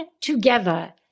together